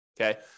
Okay